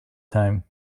time